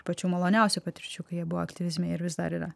pačių maloniausių patirčių kai jie buvo aktyvizme ir vis dar yra